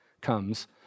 comes